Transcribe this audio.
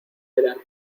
eran